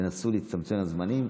תנסו להצטמצם לזמנים.